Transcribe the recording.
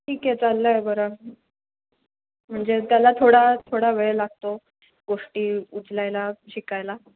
ठीक आहे चाललं आहे बरं म्हणजे त्याला थोडा थोडा वेळ लागतो गोष्टी उचलायला शिकायला